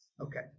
Okay